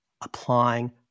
applying